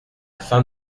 fin